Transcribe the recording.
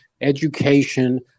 education